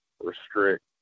restrict